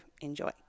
Enjoy